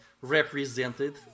represented